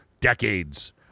decades